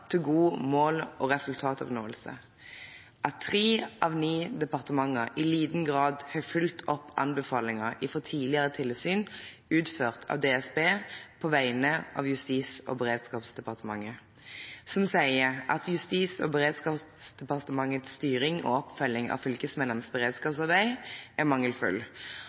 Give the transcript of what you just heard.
til god mål- og resultatoppnåelse, at tre av ni departementer i liten grad har fulgt opp anbefalinger fra tidligere tilsyn utført av DSB – på vegne av Justis- og beredskapsdepartementet – som sier at Justis- og beredskapsdepartementets styring og oppfølging av fylkesmennenes beredskapsarbeid er mangelfull,